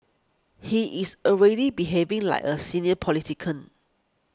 he is already behaving like a senior politician